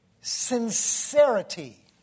sincerity